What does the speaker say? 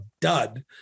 dud